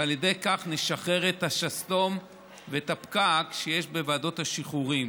ועל ידי כך נשחרר את השסתום ואת הפקק שיש בוועדות השחרורים.